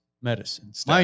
medicines